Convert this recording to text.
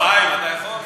חיים, אתה יכול.